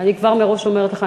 אני כבר מראש אומרת לך,